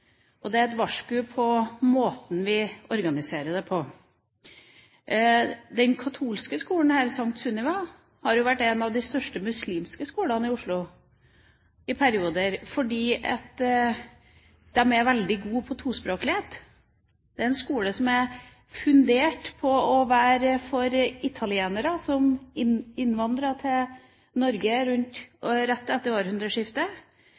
skolen. Det er et varsku om måten vi organiserer den på. Den katolske St. Sunniva skole har jo vært en av de største muslimske skolene i Oslo i perioder, fordi den er veldig god når det gjelder tospråklighet. Det er en skole som er opprettet for italienere som innvandret til Norge rett etter århundreskiftet.